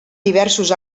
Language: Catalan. diversos